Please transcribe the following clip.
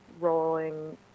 rolling